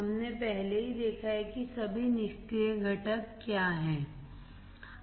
हमने पहले ही देखा है कि सभी निष्क्रिय घटक क्या हैं